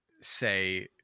say